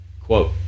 quote